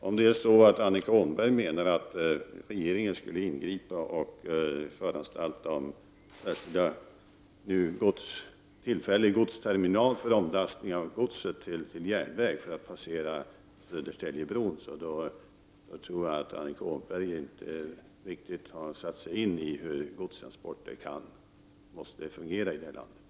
Om Annika Åhnberg menar att regeringen skall ingripa och föranstalta om en tillfällig godsterminal för omlastning av gods till järnväg då Södertäljebron skall passeras, så tror jag att hon inte har satt sig in riktigt i hur godstransporter måste fungera i det här landet.